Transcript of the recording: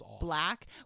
black